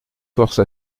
force